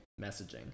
messaging